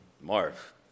Marv